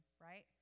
right